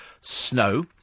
snow